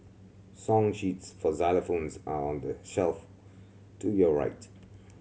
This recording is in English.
song sheets for xylophones are on the shelf to your right